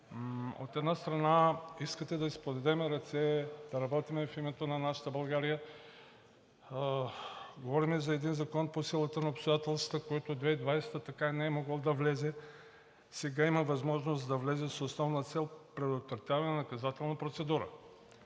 от една страна, искате да си подадем ръце, да работим в името на нашата България. Говорим за един закон, който по силата на обстоятелствата 2020 г. така и не е могъл да влезе. Сега има възможност да влезе с основна цел предотвратяване на наказателна процедура,